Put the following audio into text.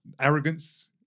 arrogance